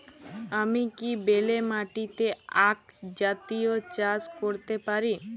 আমি কি বেলে মাটিতে আক জাতীয় চাষ করতে পারি?